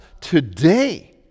today